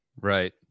Right